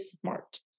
smart